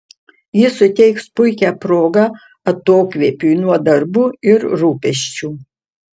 ji suteiks puikią progą atokvėpiui nuo darbų ir rūpesčių